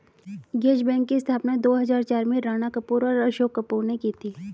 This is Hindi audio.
यस बैंक की स्थापना दो हजार चार में राणा कपूर और अशोक कपूर ने की थी